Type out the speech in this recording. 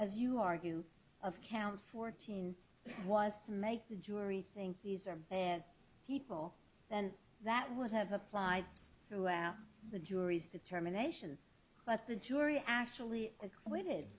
as you argue of count fourteen was to make the jury think these are and people then that would have applied throughout the jury's determination but the jury actually acquitted